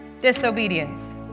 disobedience